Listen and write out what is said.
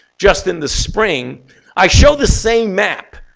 just in the spring i show the same map.